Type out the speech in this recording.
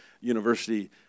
university